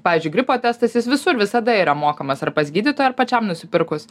pavyzdžiui gripo testas jis visur visada yra mokamas ar pas gydytoją ar pačiam nusipirkus